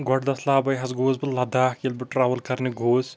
گۄڈٕ دٔسلابَے حظ گووس بہٕ لَداخ ییٚلِہ بہٕ ٹرٛوٕل کَرنہِ گووُس